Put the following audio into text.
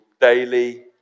daily